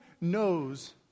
knows